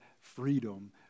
freedom